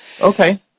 Okay